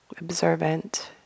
observant